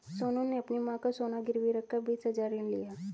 सोनू ने अपनी मां का सोना गिरवी रखकर बीस हजार ऋण लिया